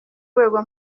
rwego